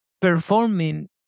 performing